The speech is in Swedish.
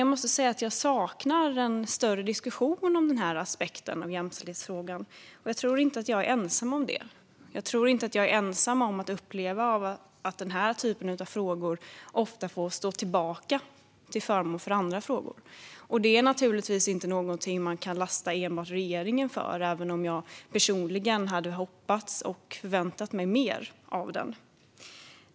Jag måste säga att jag saknar en större diskussion om den här aspekten av jämställdhetsfrågan, och jag tror inte att jag är ensam om det. Jag tror inte att jag är ensam om att uppleva att den här typen av frågor ofta får stå tillbaka till förmån för andra frågor. Det är naturligtvis inte någonting man kan lasta enbart regeringen för, även om jag personligen hade hoppats och förväntat mig mer av den.